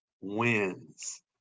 wins